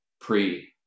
pre-